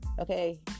Okay